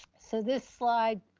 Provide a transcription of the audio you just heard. so this slide